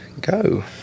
go